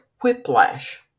Whiplash